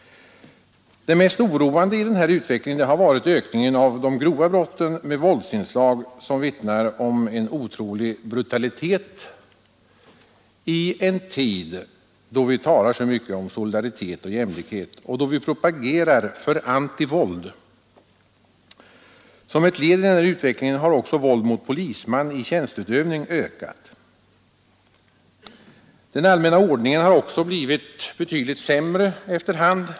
Det mest oroande i denna utveckling har varit ökningen av de grova brotten med våldsinslag, vilka vittnar om en otrolig brutalitet i en tid då vi talar så mycket om solidaritet och jämlikhet och då vi propagerar för antivåld. Som ett led i den utvecklingen har också våld mot polisman i tjänsteutövning ökat. Den allmänna ordningen har också efter hand blivit betydligt sämre.